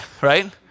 right